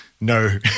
no